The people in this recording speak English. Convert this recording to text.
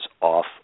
off